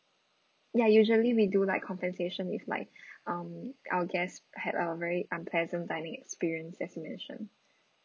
ya usually we do like compensation if like um our guests had a very unpleasant dining experience as you mentioned